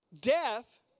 death